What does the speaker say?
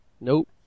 Nope